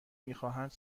میخواهند